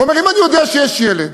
הוא אומר: אם אני יודע שיש ילד